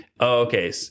okay